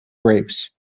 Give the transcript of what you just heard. grapes